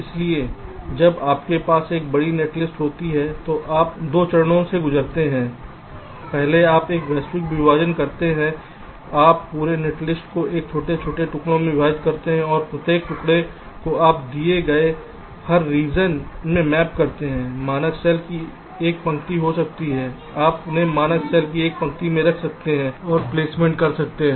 इसलिए जब आपके पास एक बड़ी नेटलिस्ट होती है तो आप 2 चरणों से गुजरते हैं पहले आप एक वैश्विक विभाजन करते हैं आप पूरे नेटलिस्ट को एक छोटे टुकड़ों में विभाजित करते हैं और प्रत्येक टुकड़े को आप दिए गए हर रीजन में मैप करते हैं मानक सेल की एक पंक्ति हो सकती है आप उन्हें मानक सेल की एक पंक्ति में रख सकते हैं और प्लेसमेंट कर सकते हैं